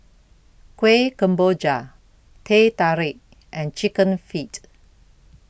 Kueh Kemboja Teh Tarik and Chicken Feet